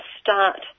start